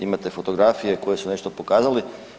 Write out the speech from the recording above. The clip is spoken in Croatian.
Imate fotografije koje su nešto pokazali.